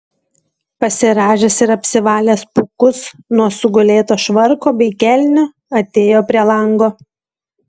pasirąžęs ir apsivalęs pūkus nuo sugulėto švarko bei kelnių atėjo prie lango